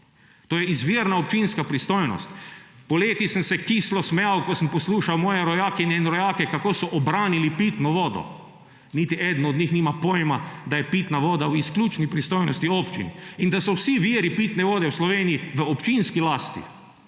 to je izvirna občinska pristojnost. Poleti sem se kislo smejal, ko sem poslušal svoje rojakinje in rojake, kako so obranili pitno vodo. Niti eden od njih nima pojma, da je pitna voda v izključni pristojnosti občin in da so vsi viri pitne vode v Sloveniji v občinski lasti.